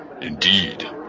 Indeed